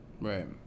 Right